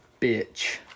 bitch